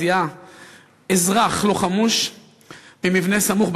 זיהה אזרח לא חמוש במבנה סמוך,